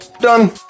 Done